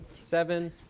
Seven